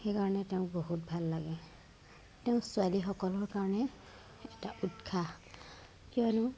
সেইকাৰণে তেওঁক বহুত ভাল লাগে তেওঁ ছোৱালীসকলৰ কাৰণে এটা উৎসাহ কিয়নো